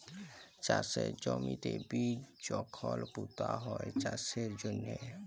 চাষের জমিতে বীজ যখল পুঁতা হ্যয় চাষের জ্যনহে